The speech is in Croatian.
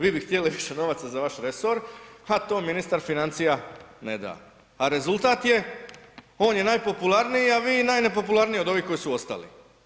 Vi bi htjeli više novaca za vaš resor, a to ministar financija ne da, a rezultat je on je najpopularniji, a vi najnepopularnijih od ovih koji su ostali.